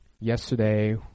yesterday